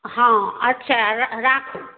हँ अच्छा रऽ राखू